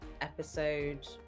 episode